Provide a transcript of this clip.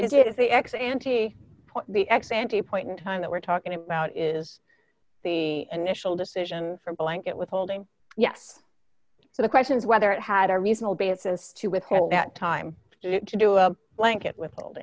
it is they ex ante the ex ante point in time that we're talking about is the initial decision for blanket withholding yes so the question is whether it had a reasonable basis to withhold that time to do a blanket with old